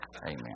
Amen